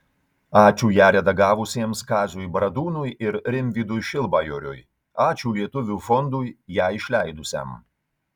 ačiū ją redagavusiems kaziui bradūnui ir rimvydui šilbajoriui ačiū lietuvių fondui ją išleidusiam